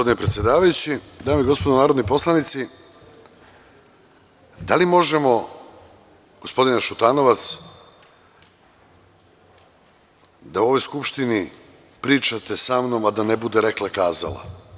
Dame i gospodo narodni poslanici, da li možemo, gospodine Šutanovac, da u ovoj Skupštini pričate sa mnogim, a da ne bude rekla - kazala?